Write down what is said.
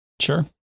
Sure